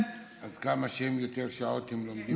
אז כמה שהם יותר שעות הם לומדים יותר?